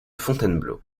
fontainebleau